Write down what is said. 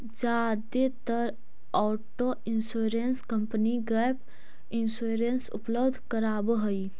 जादेतर auto insurance company gap insurance उपलब्ध करावऽ हई